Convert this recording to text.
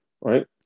right